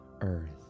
Earth